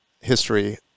history